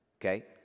Okay